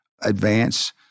advance